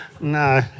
No